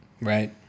Right